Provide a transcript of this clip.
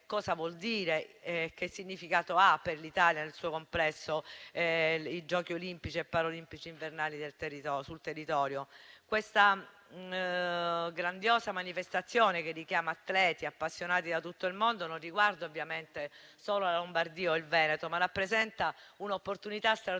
cosa vuol dire e che significato hanno per l'Italia nel suo complesso i Giochi olimpici e paralimpici invernali sul territorio. Questa grandiosa manifestazione, che richiama atleti appassionati da tutto il mondo, non riguarda ovviamente solo la Lombardia o il Veneto, ma rappresenta un'opportunità straordinaria